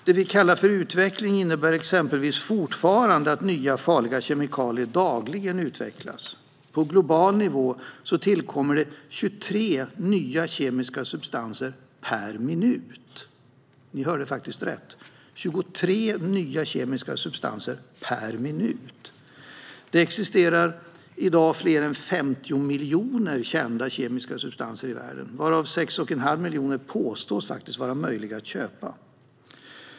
Det vi kallar för utveckling innebär exempelvis fortfarande att nya farliga kemikalier dagligen utvecklas. På global nivå tillkommer 23 nya kemiska substanser per minut. Ni hörde faktiskt rätt: 23 nya per minut. Det existerar i dag fler än 50 miljoner kända kemiska substanser i världen, varav 6,5 miljoner påstås vara möjliga att köpa.